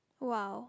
!wow!